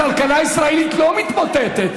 הכלכלה הישראלית לא מתמוטטת.